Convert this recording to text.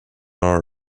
our